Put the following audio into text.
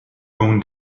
own